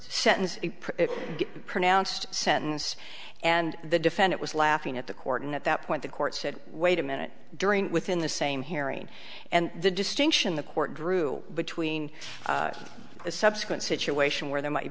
sentence pronounced sentence and the defendant was laughing at the court at that point the court said wait a minute during within the same hearing and the distinction the court drew between a subsequent situation where there might